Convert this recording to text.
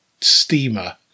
steamer